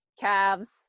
calves